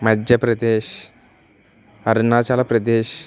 Madhya Pradesh Arunachal Pradesh